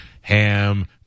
ham